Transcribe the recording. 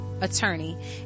attorney